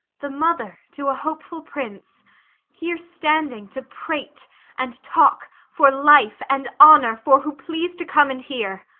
the mother to a hopeful prince here standing to prate and talk for life and honour fore who please to come and hear.